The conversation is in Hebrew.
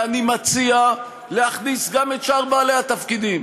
אני מציע להכניס גם את שאר בעלי התפקידים,